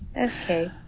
Okay